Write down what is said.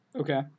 Okay